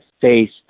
faced